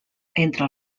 entre